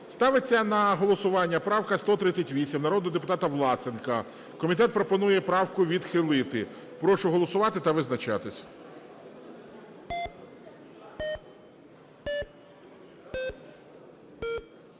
Ставиться на голосування правка 138 народного депутата Власенка. Комітет пропонує правку відхилити. Прошу голосувати та визначатись.